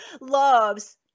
loves